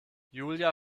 julia